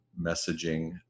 messaging